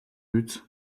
биз